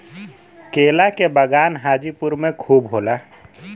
केला के बगान हाजीपुर में खूब होला